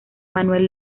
manuel